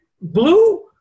blue